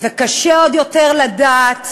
קשה עוד יותר לדעת